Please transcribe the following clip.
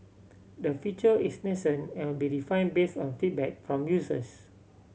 the feature is nascent and will be refined based on feedback from users